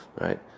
right